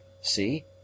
See